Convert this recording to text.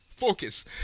focus